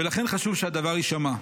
ולכן חשוב שהדבר יישמע: